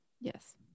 yes